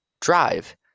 Drive